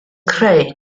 creu